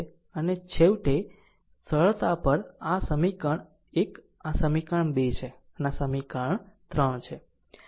આમ છેવટે સરળતા પર આ એક સમીકરણ 1 આ સમીકરણ 2 છે અને આ સમીકરણ 3 છે